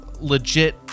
legit